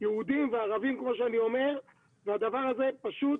יהודים וערבים, כמו שאני אומר, והדבר הזה פשוט